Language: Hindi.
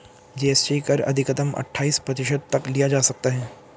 जी.एस.टी कर अधिकतम अठाइस प्रतिशत तक लिया जा सकता है